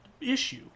issue